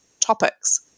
topics